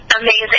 amazing